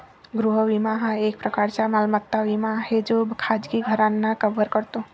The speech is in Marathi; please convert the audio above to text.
गृह विमा हा एक प्रकारचा मालमत्ता विमा आहे जो खाजगी घरांना कव्हर करतो